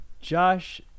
Josh